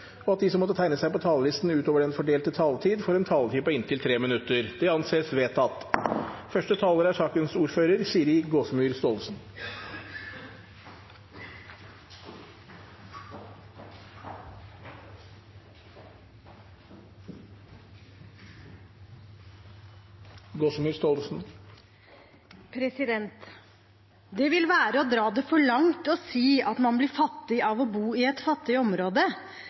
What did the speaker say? og at de som måtte tegne seg på talerlisten utover den fordelte taletid, får en taletid på inntil 3 minutter. – Det anses vedtatt. En forsker sa i Aftenposten i 2017: «Det vil være å dra det for langt å si at man blir fattig av å bo i et fattig område.